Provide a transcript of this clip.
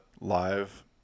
live